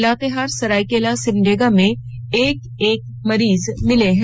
लातेहार सरायकेला सिमडेगा में एक एक मरीज मिले हैं